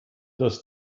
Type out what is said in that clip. does